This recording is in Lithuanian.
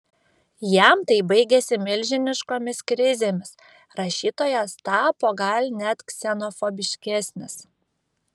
jam tai baigėsi milžiniškomis krizėmis rašytojas tapo gal net ksenofobiškesnis